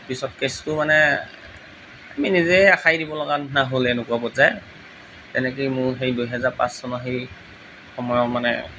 পিছত কেচটো মানে আমি নিজে সাৰি দিব লগা নিচিনা হ'ল এনেকুৱা পৰ্য্য়ায় তেনেকেই মোৰ সেই দুহেজাৰ পাঁচ চনৰ সেই সময়ৰ মানে